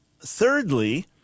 Thirdly